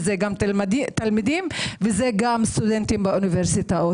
גם תלמידים וגם סטודנטים באוניברסיטאות.